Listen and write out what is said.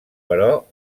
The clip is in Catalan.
però